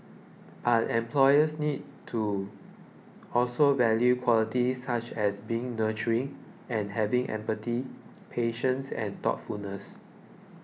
but employers need to also value qualities such as being nurturing and having empathy patience and thoughtfulness